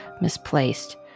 misplaced